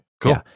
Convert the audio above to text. cool